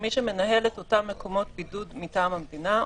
מי שמנהל את אותם מקומות בידוד מטעם המדינה,